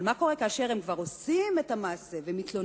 אבל מה קורה כאשר הם כבר עושים את המעשה ומתלוננים?